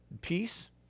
peace